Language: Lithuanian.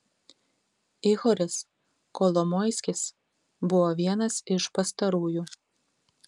ihoris kolomoiskis buvo vienas iš pastarųjų